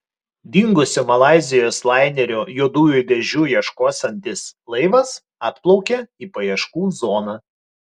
dingusio malaizijos lainerio juodųjų dėžių ieškosiantis laivas atplaukė į paieškų zoną